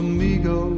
Amigo